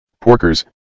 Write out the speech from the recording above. Porkers